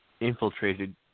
infiltrated